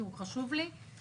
כי הוא חשוב לי אחד,